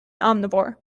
omnivore